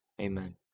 Amen